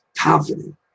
confident